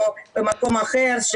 או מקום אחר,